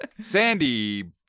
Sandy